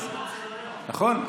נכון.